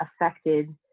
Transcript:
affected